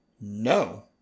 no